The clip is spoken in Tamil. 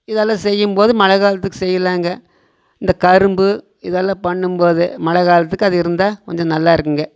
இதெல்லாம் செய்யும் போது மழைகாலத்துக்கு செய்யலாங்க இந்த கரும்பு இதெல்லாம் பண்ணும் போது மழைக்காலத்துக்கு அது இருந்தால் கொஞ்சம் நல்லா இருக்குதுங்க